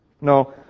No